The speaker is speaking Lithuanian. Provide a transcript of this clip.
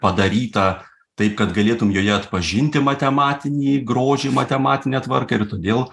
padaryta taip kad galėtum joje atpažinti matematinį grožį matematinę tvarką ir todėl